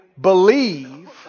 believe